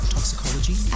Toxicology